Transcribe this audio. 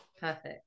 perfect